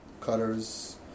cutters